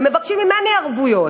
מבקשים ממני ערבויות,